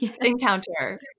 encounter